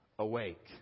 awake